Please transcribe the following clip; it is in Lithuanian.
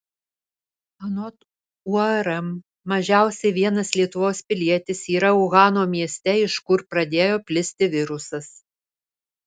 anot urm mažiausiai vienas lietuvos pilietis yra uhano mieste iš kur ir pradėjo plisti virusas